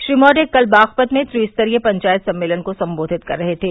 श्री मौर्य कल बागपत में त्रिस्तरीय पंचायत सम्मेलन को सम्बोधित कर रहे थे